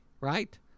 Right